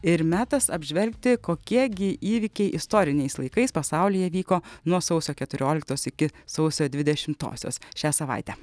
ir metas apžvelgti kokie gi įvykiai istoriniais laikais pasaulyje vyko nuo sausio keturioliktos iki sausio dvidešimtosios šią savaitę